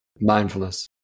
Mindfulness